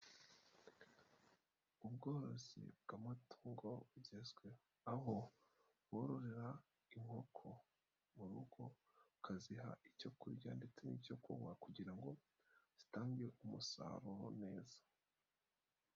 Ubworozi bw'amatungo bugezweho, aho wororera inkoko mu rugo, ukaziha icyo kurya ndetse n'icyo kunywa kugira ngo zitange umusaruro neza.